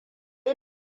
yi